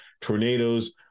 tornadoes